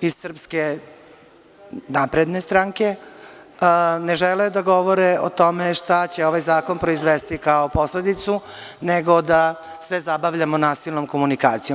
iz SNS ne žele da govore o tome šta će ovaj zakon proizvesti kao posledicu, nego da sve zabavljamo nasilnom komunikacijom.